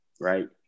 right